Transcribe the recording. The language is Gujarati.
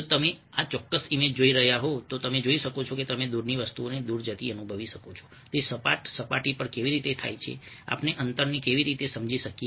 જો તમે આ ચોક્કસ ઈમેજ જોઈ રહ્યા હો તો તમે જોઈ શકો છો તમે દૂરની વસ્તુઓને દૂર જતી અનુભવી શકો છો તે સપાટ સપાટી પર કેવી રીતે થાય છે આપણે અંતરને કેવી રીતે સમજી શકીએ